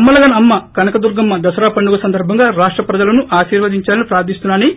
అమ్మ లగన్న అమ్మ కనక దుర్గమ్మ దసరా పండుగ సందర్భంగా రాష్ట ప్రజలను తెళీర్వదించాలని ప్రార్థిస్తున్నాని